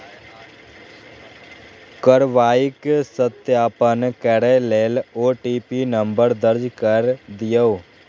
कार्रवाईक सत्यापन करै लेल ओ.टी.पी नंबर दर्ज कैर दियौ